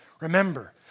remember